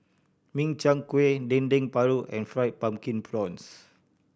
Min Chiang Kueh Dendeng Paru and Fried Pumpkin Prawns